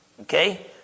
Okay